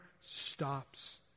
stops